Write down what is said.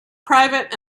private